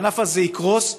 הענף הזה יקרוס,